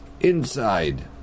inside